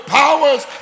powers